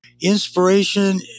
inspiration